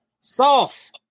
Sauce